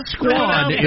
Squad